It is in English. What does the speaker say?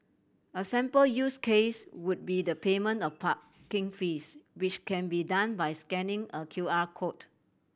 a sample use case would be the payment of parking fees which can be done by scanning a Q R code